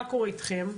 מה קורה איתכם?